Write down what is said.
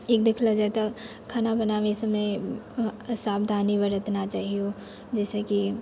एक देखलऽ जाए तऽ खाना बनाबै समय सावधानी बरतना चाहिओ जइसेकि